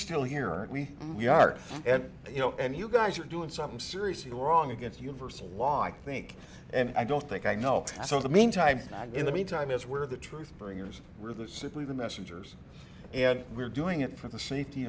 still here and we we are and you know and you guys are doing something seriously wrong against universal law i think and i don't think i know so the meantime in the meantime is where the truth bringers where the simply the messengers and we're doing it for the safety